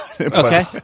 Okay